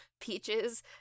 Peaches